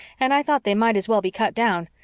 and i thought they might as well be cut down.